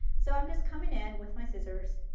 so i am just coming in with my scissors